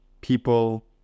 people